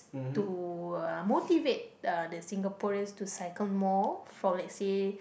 to uh motivate uh the Singaporeans to cycle more for let's say